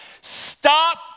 Stop